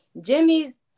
Jimmy's